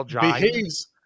behaves